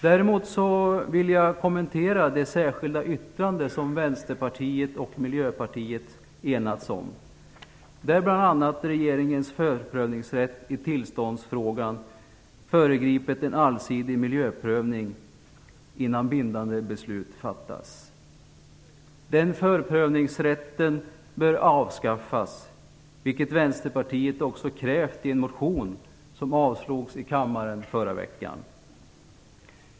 Däremot vill jag kommentera det särskilda yttrande som Vänsterpartiet och Miljöpartiet enats om, där det bl.a. skrivs att regeringens förprövningsrätt i tillståndsfrågan föregripit en allsidig miljöprövning innan bindande beslut fattas. Den förprövningsrätten bör avskaffas, vilket Vänsterpartiet också krävt i en motion som avslogs i kammaren i förra veckan.